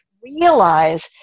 realize